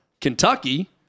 Kentucky